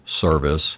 service